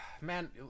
man